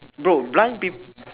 bro blind peop~